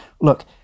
look